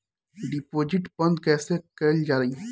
Deposit बंद कैसे कैल जाइ?